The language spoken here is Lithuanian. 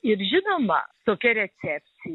ir žinoma tokia recepcija